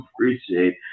appreciate